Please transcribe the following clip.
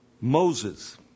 Moses